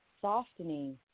softening